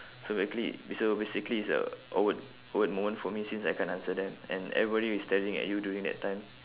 so basically so basically it's a awkward awkward moment for me since I can't answer them and everybody is staring at you during that time